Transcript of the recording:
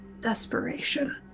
desperation